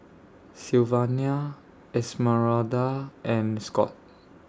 Sylvania Esmeralda and Scott